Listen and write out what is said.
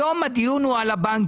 היום הדיון הוא על הבנקים.